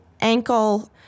ankle